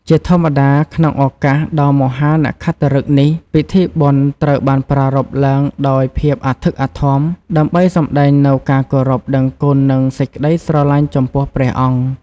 ជាធម្មតា ក្នុងឱកាសដ៏មហានក្ខត្តឫក្សនេះ ពិធីបុណ្យត្រូវបានប្រារព្ធឡើងដោយភាពអធិកអធម ដើម្បីសម្ដែងនូវការគោរពដឹងគុណ និងសេចក្តីស្រឡាញ់ចំពោះព្រះអង្គ។